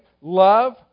love